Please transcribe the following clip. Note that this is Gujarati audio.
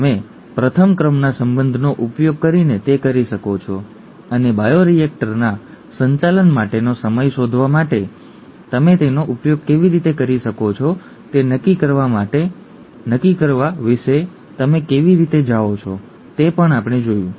તમે પ્રથમ ક્રમના સંબંધનો ઉપયોગ કરીને તે કરી શકો છો અને બાયોરિએક્ટરના સંચાલન માટેનો સમય શોધવા માટે તમે તેનો ઉપયોગ કેવી રીતે કરી શકો છો તે નક્કી કરવા વિશે તમે કેવી રીતે જાઓ છો તે પણ અમે જોયું